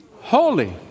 Holy